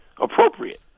appropriate